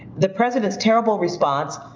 the president's terrible response,